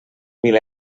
mil